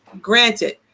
granted